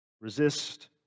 resist